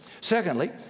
Secondly